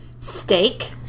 steak